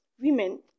women